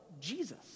Jesus